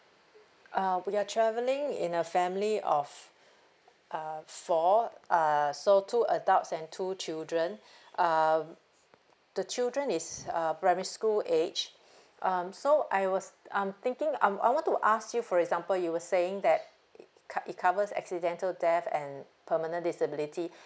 uh we are travelling in a family of uh four uh so two adults and two children uh the children is uh primary school age um so I was I'm thinking I'm I want to ask you for example you were saying that c~ it covers accidental death and permanent disability